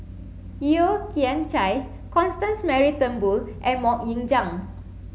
Yeo Kian Chai Constance Mary Turnbull and Mok Ying Jang